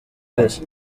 wese